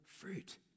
fruit